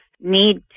need